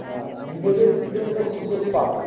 হ্যাঁ নিজেদের স্টুডেন্টদের সুযোগ পাবে না